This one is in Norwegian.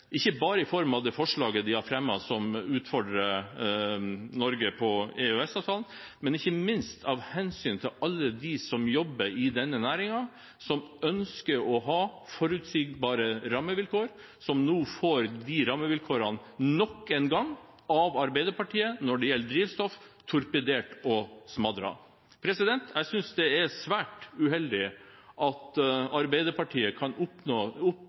ikke bare i form av det forslaget de har fremmet som utfordrer Norge på EØS-avtalen, men ikke minst av hensyn til alle dem som jobber i denne næringen, som ønsker å ha forutsigbare rammevilkår, og som nå nok en gang får de rammevilkårene torpedert og smadret av Arbeiderpartiet når det gjelder drivstoff. Jeg synes det er svært uheldig at Arbeiderpartiet kan